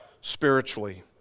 spiritually